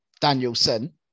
danielson